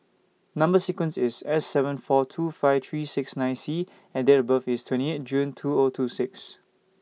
Number sequence IS S seven four two five three six nine C and Date of birth IS twenty eight June two O two six